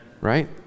right